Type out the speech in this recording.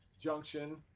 junction